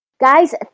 Guys